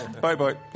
Bye-bye